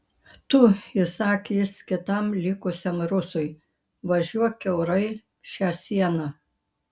tu įsakė jis kitam likusiam rusui važiuok kiaurai šią sieną